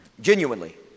Genuinely